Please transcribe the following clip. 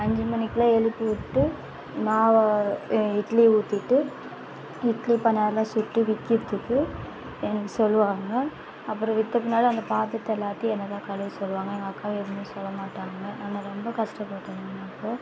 அஞ்சு மணிக்குலாம் எழுப்பிவிட்டு மாவை இட்லி ஊற்றிட்டு இட்லி பண்ணாலும் சுட்டு விற்கிறுத்துக்கு என்ன சொல்லுவாங்க அப்புறம் விற்ற பின்னாடி அந்த பாத்தரத்தை எல்லாத்தையும் என்ன தான் கழுவ சொல்லுவாங்க எங்கள் அக்காவை எதுவுமே சொல்ல மாட்டாங்க ரொம்ப கஷ்டப்பட்டோம் ரொம்ப அப்போ